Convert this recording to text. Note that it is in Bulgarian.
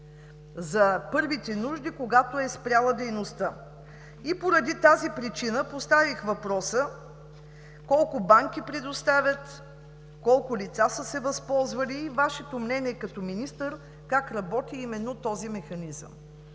за първите нужди, когато е спряла дейността. Поради тази причина поставих въпроса: колко банки предоставят? Колко лица са се възползвали и Вашето мнение като министър: как работи именно този механизъм?